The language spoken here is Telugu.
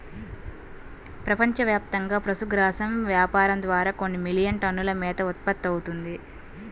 ప్రపంచవ్యాప్తంగా పశుగ్రాసం వ్యాపారం ద్వారా కొన్ని మిలియన్ టన్నుల మేత ఉత్పత్తవుతుంది